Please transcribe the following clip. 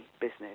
business